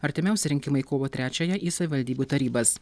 artimiausi rinkimai kovo trečiąją į savivaldybių tarybas